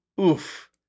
Oof